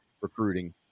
recruiting